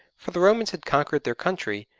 for the romans had conquered their country,